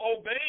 obey